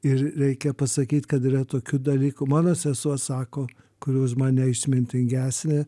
ir reikia pasakyt kad yra tokių dalykų mano sesuo sako kuri už mane išmintingesnė